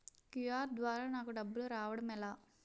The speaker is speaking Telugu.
క్యు.ఆర్ ద్వారా నాకు డబ్బులు రావడం ఎలా?